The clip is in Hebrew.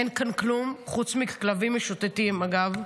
אין כאן כלום חוץ מכלבים משוטטים, אגב.